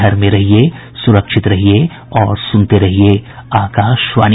घर में रहिये सुरक्षित रहिये और सुनते रहिये आकाशवाणी